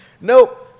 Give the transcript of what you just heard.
Nope